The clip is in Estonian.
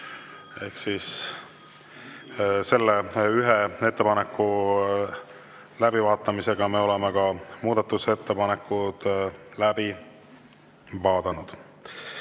Selle ühe ettepaneku läbivaatamisega me oleme muudatusettepanekud läbi vaadanud.